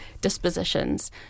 dispositions